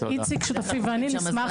איציק, שותפי ואני נשמח.